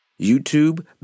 YouTube